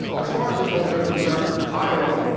as far as the polls are concerned, iowa,